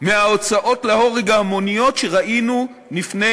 מההוצאות להורג ההמוניות שראינו לפני